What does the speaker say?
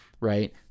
right